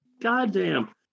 Goddamn